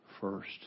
first